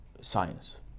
science